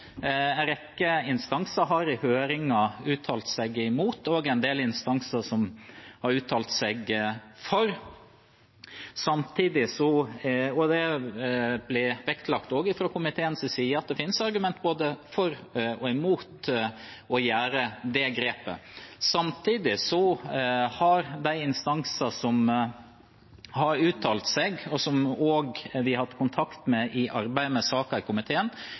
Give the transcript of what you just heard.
En rekke instanser har i høringen uttalt seg imot, og det er også en del instanser som har uttalt seg for. Det blir også vektlagt fra komiteens side at det finnes argument både for og imot å gjøre det grepet. Samtidig har de instanser som har uttalt seg, og som komiteen også har hatt kontakt med underveis, vært tydelige på at en ønsker at arbeidet med